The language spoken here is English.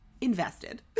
invested